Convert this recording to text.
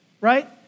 right